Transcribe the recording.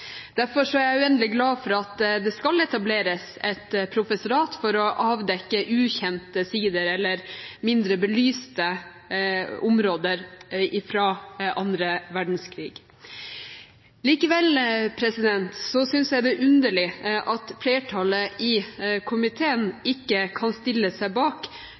Derfor er jeg uendelig glad for at det skal etableres et professorat for å avdekke ukjente sider eller mindre belyste områder fra annen verdenskrig. Likevel synes jeg det er underlig at flertallet i komiteen ikke kan stille seg bak